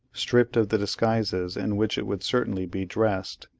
stripped of the disguises in which it would certainly be dressed,